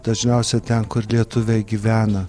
dažniausiai ten kur lietuviai gyvena